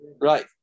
Right